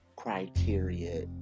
Criteria